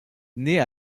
nait